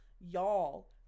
Y'all